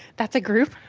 that's a group.